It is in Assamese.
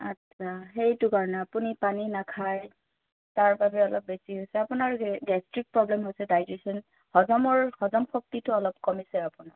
আচ্ছা সেইটো কাৰণে আপুনি পানী নাখায় তাৰ বাবে অলপ বেছি হৈছে আপোনাৰ গেষ্ট্ৰিক প্ৰ'ব্লেম হৈছে ডাইজেচন হজমৰ হজম শক্তিটো অলপ কমিছে আপোনাৰ